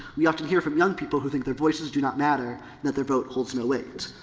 we often hear from young people who think their voices do not matter that their vote holds no weight.